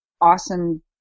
awesome